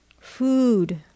Food